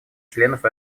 членов